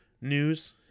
news